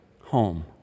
home